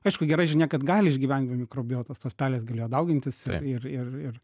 aišku gera žinia kad gali išgyvent be mikrobiotos tos pelės galėjo daugintis ir ir ir ir